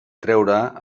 treure